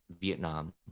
vietnam